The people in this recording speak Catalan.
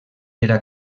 era